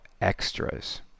extras